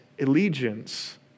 allegiance